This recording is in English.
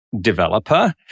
developer